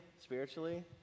spiritually